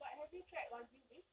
but have you tried wagyu beef